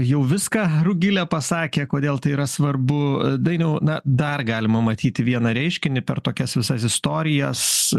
jau viską rugilė pasakė kodėl tai yra svarbu dainiau na dar galima matyti vieną reiškinį per tokias visas istorijas